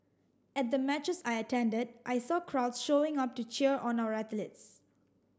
at the matches I attended I saw crowd showing up to cheer on our athletes